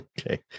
Okay